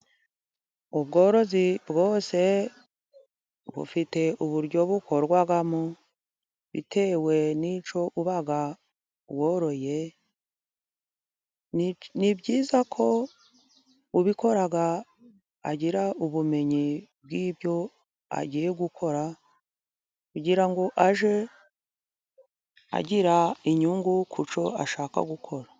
Ubworozi bwose bufite uburyo bukorwamo, bitewe n'icyo uba woroye, ni byiza ko ubikora agira ubumenyi bw'ibyo agiye gukora, kugira ngo ajye agira inyungu ku cyo ashaka gukora.